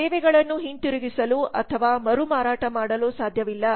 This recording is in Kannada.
ಸೇವೆಗಳನ್ನು ಹಿಂತಿರುಗಿಸಲು ಅಥವಾ ಮರುಮಾರಾಟ ಮಾಡಲು ಸಾಧ್ಯವಿಲ್ಲ